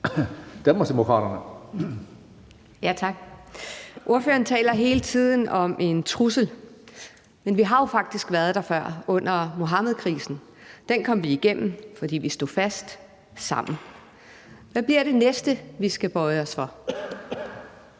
Charlotte Munch (DD): Tak. Ordføreren taler hele tiden om en trussel, men vi har jo faktisk været der før, nemlig under Muhammedkrisen. Den kom vi igennem, fordi vi sammen stod fast. Hvad bliver det næste, vi skal bøje os for?